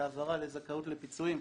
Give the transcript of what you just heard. להעברה לזכאות לפיצויים,